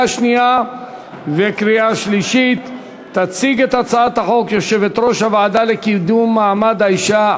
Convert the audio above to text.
עברה בקריאה שלישית ותיכנס לספר החוקים של מדינת ישראל.